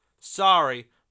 Sorry